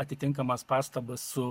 atitinkamas pastabas su